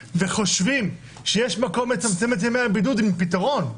וחושבים שיש מקום לצמצם את ימי הבידוד עם פתרון,